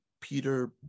Peter